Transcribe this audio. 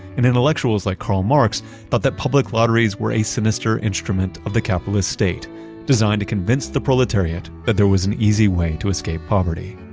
and intellectuals like karl marx but thought public lotteries were a sinister instrument of the capitalist state designed to convince the proletariat that there was an easy way to escape poverty.